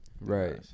Right